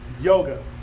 yoga